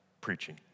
preaching